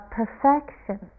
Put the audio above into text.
perfection